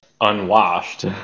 unwashed